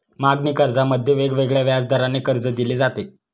मागणी कर्जामध्ये वेगवेगळ्या व्याजदराने कर्ज दिले जाते